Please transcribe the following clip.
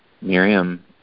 Miriam